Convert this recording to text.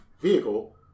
vehicle